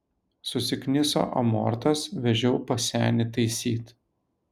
susikniso amortas vežiau pas senį taisyt